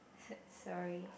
s~ sorry